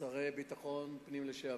לשעבר שרים לביטחון פנים,